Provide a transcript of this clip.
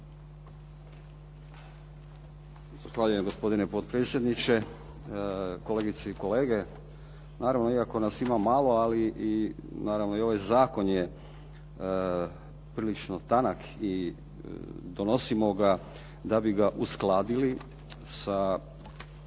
Zahvaljujem gospodine potpredsjedniče, kolegice i kolege. Naravno, iako nas ima malo, ali i naravno i ovaj zakon je prilično tanak i donosimo ga da bi ga uskladili sa